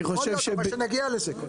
יכול להיות, אבל קודם כל שנגיע לזה.